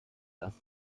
das